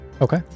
Okay